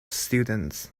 students